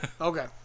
Okay